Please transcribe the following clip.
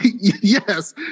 Yes